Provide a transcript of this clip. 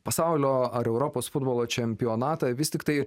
pasaulio ar europos futbolo čempionatą vis tiktai